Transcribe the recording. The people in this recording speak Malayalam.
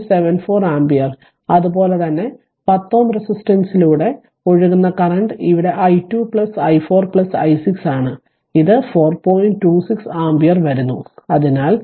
74 ആമ്പിയർ അതുപോലെ തന്നെ 10 Ω റെസിസ്റ്റൻസിലൂടെ ഒഴുകുന്ന കറന്റ് ഇവിടെ i2 i4 i6 ആണ് ഇത് 4